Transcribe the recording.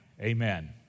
amen